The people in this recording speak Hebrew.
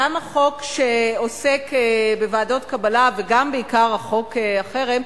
גם החוק שעוסק בוועדות קבלה וגם, בעיקר, חוק החרם,